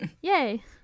yay